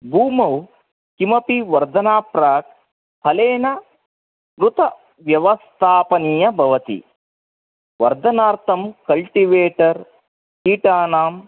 भूमौ किमपि वर्धनात् प्राक् हलेन उत् व्यवस्थापनीय भवति वर्धनार्थं कल्टीवेटर् कीटानाम्